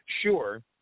Sure